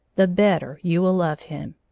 the better you will love him.